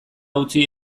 utzi